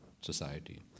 society